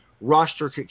roster